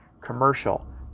commercial